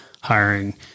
hiring